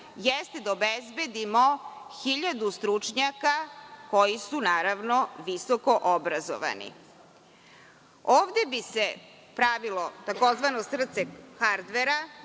jeste da obezbedimo 1.000 stručnjaka koji su, naravno, visokoobrazovani. Ovde bi se pravilo takozvano srce hardvera,